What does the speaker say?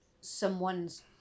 someone's